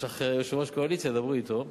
יש לך יושב-ראש קואליציה, דברי אתו.